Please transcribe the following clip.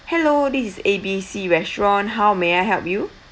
hello this is A B C restaurant how may I help you